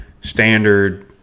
standard